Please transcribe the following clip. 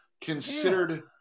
considered